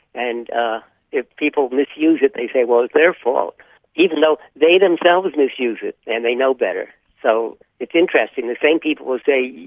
and ah if people misuse it they say, well, it's their fault even though they themselves misuse it and they know better. so it's interesting the same people who say,